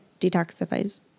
detoxifies